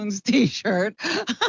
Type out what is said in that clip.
t-shirt